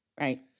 right